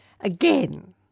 again